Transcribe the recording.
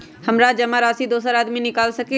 हमरा जमा राशि दोसर आदमी निकाल सकील?